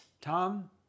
Tom